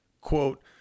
quote